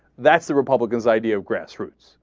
that's the republicans ideal grassroots